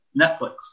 Netflix